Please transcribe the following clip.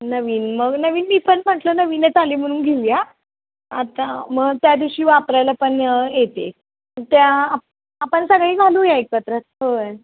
नवीन मग नवीन मी पण म्हटलं नवीनच आले म्हणून घेऊया आता मग त्या दिवशी वापरायला पण येते त्या आपण सकाळी घालूया एकत्र होय